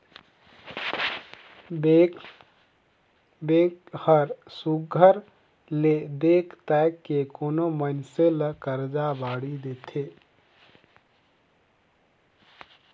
bank हर सुग्घर ले देख ताएक के कोनो मइनसे ल करजा बाड़ही देथे